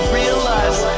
realize